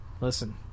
Listen